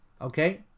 Okay